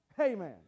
Amen